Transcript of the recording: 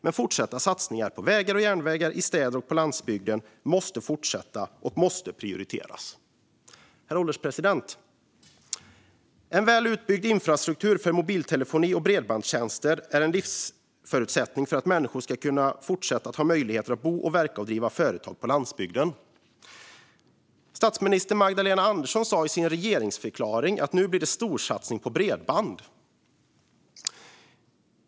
Men satsningar på vägar och järnvägar i städer och på landsbygden måste fortsätta och prioriteras. Herr ålderspresident! En väl utbyggd infrastruktur för mobiltelefoni och bredbandstjänster är en livsförutsättning för att människor ska kunna fortsätta att bo, verka och driva företag på landsbygden. Statsminister Magdalena Andersson sa i sin regeringsförklaring att det nu blir storsatsning på bredband.